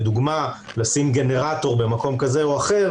לדוגמה, לשים גנרטור במקום כזה או אחר